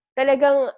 talagang